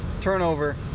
Turnover